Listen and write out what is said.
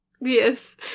Yes